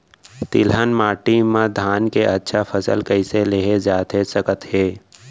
तिलहन माटी मा धान के अच्छा फसल कइसे लेहे जाथे सकत हे?